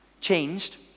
Changed